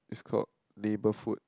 it's call label foot